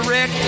Rick